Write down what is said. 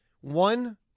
One